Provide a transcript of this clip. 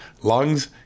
lungs